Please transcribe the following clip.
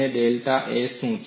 અને delta A શું છે